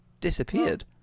disappeared